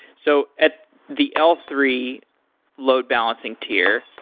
so at the l three load-balancing tier,